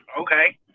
Okay